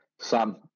Sam